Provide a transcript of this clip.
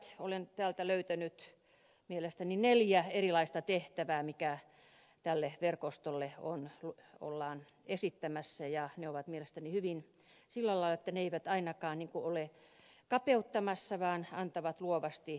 olen täältä löytänyt mielestäni neljä erilaista tehtävää mitkä tälle verkostolle ollaan esittämässä ja ne ovat mielestäni hyvin sillä lailla että ne eivät ainakaan ole kapeuttamassa vaan antavat luovasti mahdollisuuden toimia